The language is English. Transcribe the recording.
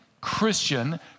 Christian